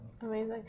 Amazing